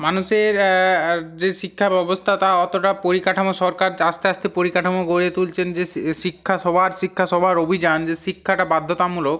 মানুষের যে শিক্ষা ব্যবস্থা তা অতোটা পরিকাঠামো সরকার আস্তে আস্তে পরিকাঠামো গড়ে তুলছেন যে শিক্ষা সবার শিক্ষা সবার অভিযান যে শিক্ষাটা বাধ্যতামূলক